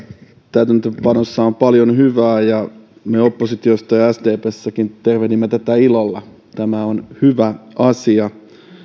täytäntöönpanossa on paljon hyvää ja me oppositiossa ja ja sdpssäkin tervehdimme tätä ilolla tämä on hyvä asia